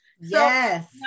Yes